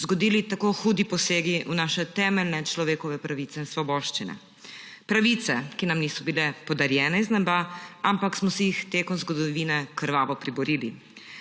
zgodili tako hudi posegi v naše temeljne človekove pravice in svoboščine. Pravice, ki nam niso bile podarjene z neba, ampak smo si jih tekom zgodovine krvavo priborili.